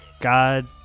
God